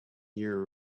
year